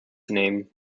name